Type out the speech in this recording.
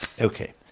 okay